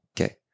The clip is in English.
Okay